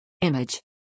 Image